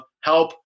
help